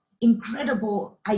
incredible